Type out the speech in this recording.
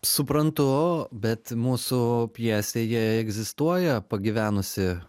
suprantu bet mūsų pjesėje egzistuoja pagyvenusi